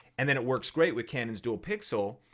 and then it works great with canons dual pixel.